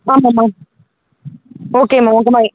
ஆமாம்மா ஓகே அம்மா உங்கள் மாதிரி